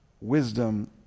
wisdom